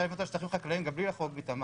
אפשר לבנות על שטחים חקלאיים גם בלי לחרוג מתמ"מ.